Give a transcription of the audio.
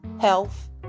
health